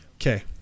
Okay